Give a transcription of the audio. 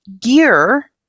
gear